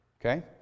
Okay